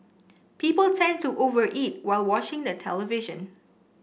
people tend to over eat while watching the television